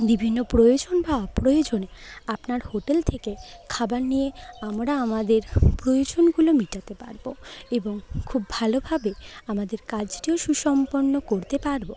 বিভিন্ন প্রয়োজন বা অপ্রয়োজনে আপনার হোটেল থেকে খাবার নিয়ে আমরা আমাদের প্রয়োজনগুলো মেটাতে পারব এবং খুব ভালভাবে আমাদের কাজটিও সুসম্পন্ন করতে পারব